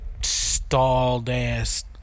stalled-ass